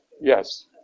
Yes